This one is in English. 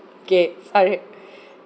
okay sorry